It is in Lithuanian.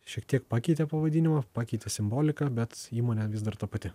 šiek tiek pakeitė pavadinimą pakeitė simboliką bet įmonė vis dar ta pati